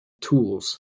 tools